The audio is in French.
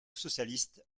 socialiste